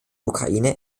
ukraine